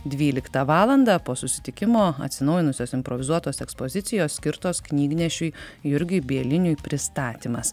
dvyliktą valandą po susitikimo atsinaujinusios improvizuotos ekspozicijos skirtos knygnešiui jurgiui bieliniui pristatymas